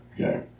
Okay